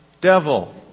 devil